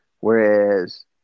whereas